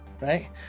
right